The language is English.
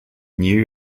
new